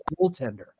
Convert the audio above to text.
goaltender